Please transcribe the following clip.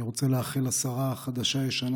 אני רוצה לאחל לשרה החדשה-ישנה,